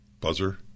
buzzer